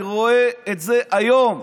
אני רואה את זה היום: